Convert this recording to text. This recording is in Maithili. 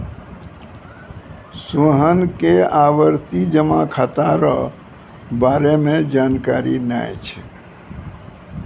सोहन के आवर्ती जमा खाता रो बारे मे जानकारी नै छै